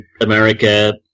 America